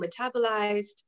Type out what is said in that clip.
metabolized